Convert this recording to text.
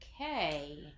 Okay